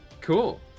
Cool